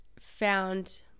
found